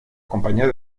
compañía